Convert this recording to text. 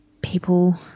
people